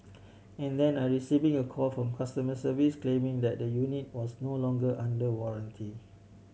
and then I receiving a call from customer service claiming that the unit was no longer under warranty